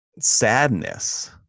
sadness